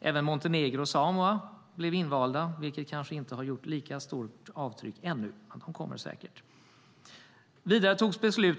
Även Montenegro och Samoa blev invalda, vilket kanske inte gjort lika stort avtryck ännu, men det kommer säkert. Vidare fattades beslut